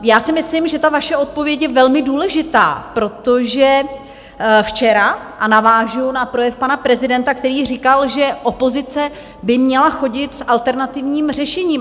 Já si myslím, že ta vaše odpověď je velmi důležitá, protože včera, a navážu na projev pana prezidenta, který říkal, že opozice by měla chodit s alternativním řešením.